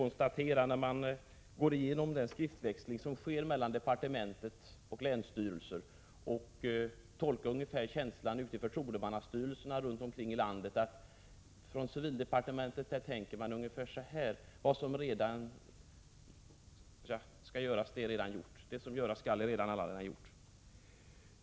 När man går igenom den skriftväxling som sker mellan departementet och länsstyrelserna kan man på ett ungefär tolka känslan i förtroendemannastyrelserna runt omkring i landet — att civildepartementet har inställningen att vad göras skall är allaredan gjort.